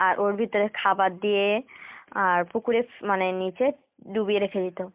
আর ওর ভিতরে খাবার দিয়ে আর পুকুরে মানে নিচে ডুবিয়ে রেখে দিতো